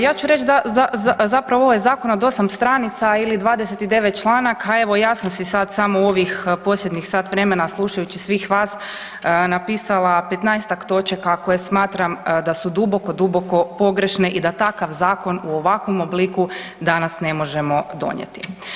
Ja ću reći zapravo, ovaj zakon od 8 stranica ili 29 članaka, evo, ja sam si sad samo u ovih posljednjih sat vremena, slušajući svih vas napisala 15-tak točaka koje smatram da su duboko, duboko pogrešne i da takav zakon u ovakvom obliku danas ne možemo donijeti.